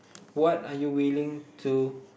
what are you willing to